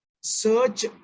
search